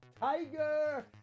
tiger